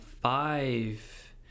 five